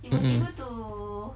mmhmm